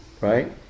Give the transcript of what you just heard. right